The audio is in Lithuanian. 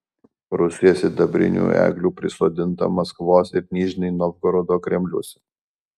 rusijoje sidabrinių eglių prisodinta maskvos ir nižnij novgorodo kremliuose